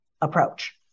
approach